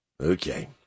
Okay